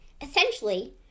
Essentially